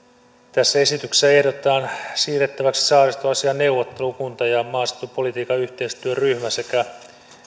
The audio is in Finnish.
tässä esityksessä ehdotetaan siirrettäväksi saaristoasiain neuvottelukunta ja maaseutupolitiikan yhteistyöryhmä sekä